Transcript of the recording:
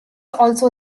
also